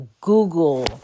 Google